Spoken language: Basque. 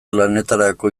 lanetarako